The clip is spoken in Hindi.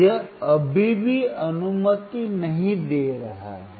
यह अभी भी अनुमति नहीं दे रहा है